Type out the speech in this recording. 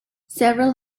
several